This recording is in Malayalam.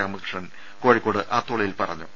രാമകൃഷ്ണൻ കോഴിക്കോട് അത്തോളിയിൽ പറഞ്ഞു